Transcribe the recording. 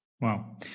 wow